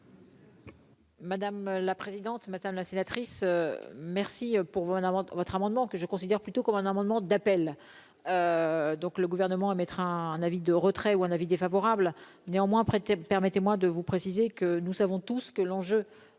Madame la présidente, madame la sénatrice merci pour vous, en votre amendement que je considère plutôt comme un amendement d'appel donc le gouvernement à mettre un un avis de retrait ou un avis défavorable néanmoins prêté, permettez-moi de vous préciser que nous savons tous que l'enjeu